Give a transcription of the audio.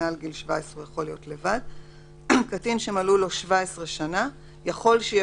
אפוטרופסו; קטין שמלאו לו 17 שנים יכול שיהיה